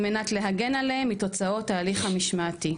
מנת להגן עליהם מתוצאות ההליך המשמעתי.